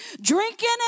drinking